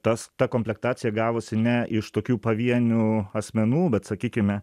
tas ta komplektacija gavosi ne iš tokių pavienių asmenų bet sakykime